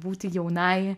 būti jaunai